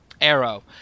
Arrow